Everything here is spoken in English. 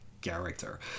character